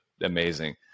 amazing